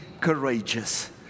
courageous